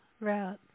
route